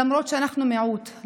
למרות שאנחנו מיעוט,